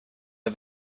are